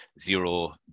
zero